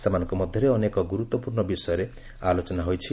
ସେମାନଙ୍କ ମଧ୍ୟରେ ଅନେକ ଗୁରୁତ୍ୱପୂର୍ଣ୍ଣ ବିଷୟରେ ଆଲୋଚନା ହୋଇଛି